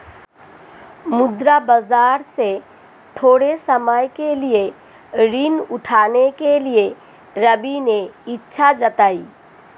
मुद्रा बाजार से थोड़े समय के लिए ऋण उठाने के लिए रवि ने इच्छा जताई